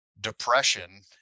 Depression